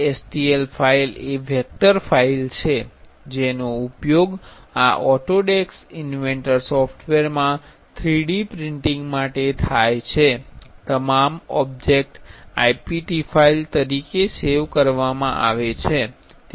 Stl file એ vector file છે જેનો ઉપયોગ આ ઓટોડેસ્ક ઇન્વેન્ટર સોફ્ટવેરમાં 3D પ્રિન્ટિંગ માટે થાય છે તમામ ઓબ્જેક્ટ IPT ફાઇલ તરીકે સેવ થાય છે